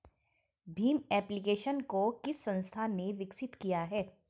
Bhim application को किस संस्था ने विकसित किया है?